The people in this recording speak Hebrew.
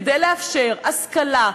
כדי לאפשר השכלה,